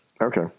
Okay